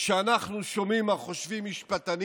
כשאנחנו שומעים מה חושבים משפטנים